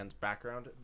background